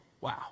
wow